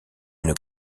une